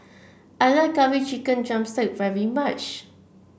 I like Curry Chicken drumstick very much